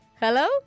Hello